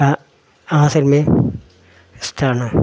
ആ ആ സിനിമയും ഇഷ്ടമാണ്